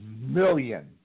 million